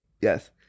yes